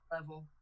level